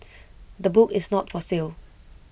the book is not for sale